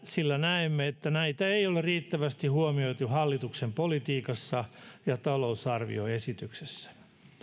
sillä näemme että näitä ei ole riittävästi huomioitu hallituksen politiikassa ja talousarvioesityksessä